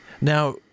Now